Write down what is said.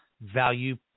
value